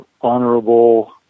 honorable